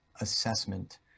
assessment